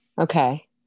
Okay